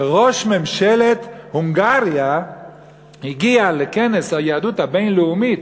שראש ממשלת הונגריה הגיע לכנס היהדות הבין-לאומית,